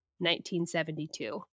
1972